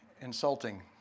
insulting